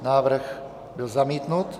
Návrh byl zamítnut.